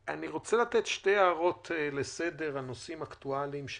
אני רוצה להעיר שתי הערות לסדר בנושאים אקטואליים,